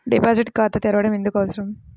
Deposit ఖాతా తెరవడం ఎందుకు అవసరం?